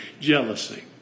jealousy